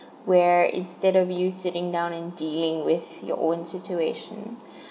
where instead of you sitting down and dealing with your own situation